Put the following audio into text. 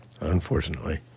Unfortunately